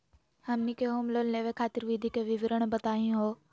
हमनी के home loan लेवे खातीर विधि के विवरण बताही हो?